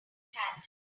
hat